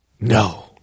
No